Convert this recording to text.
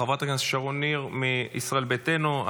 חברת הכנסת שרון ניר מישראל ביתנו,